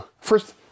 first